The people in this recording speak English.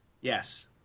Yes